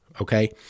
okay